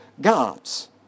God's